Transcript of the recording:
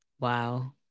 Wow